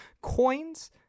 Coins